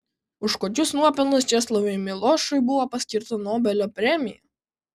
už kokius nuopelnus česlovui milošui buvo paskirta nobelio premija